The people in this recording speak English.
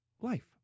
life